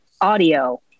audio